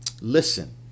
Listen